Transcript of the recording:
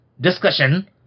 discussion